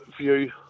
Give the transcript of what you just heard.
view